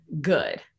good